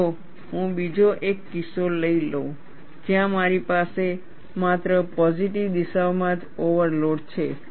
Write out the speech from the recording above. ચાલો હું બીજો એક કિસ્સો લઈ લઉં જ્યાં મારી પાસે માત્ર પોઝિટિવ દિશામાં જ ઓવરલોડ છે